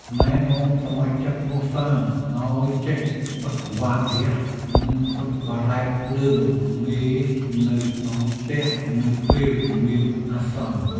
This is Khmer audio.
ណែនាំសមាជិកគ្រួសារឱ្យចេះបិទវ៉ានហ្គាសនិងបិទបារ៉ែតភ្លើងមេនៅក្នុងផ្ទះនៅពេលមានអាសន្ន។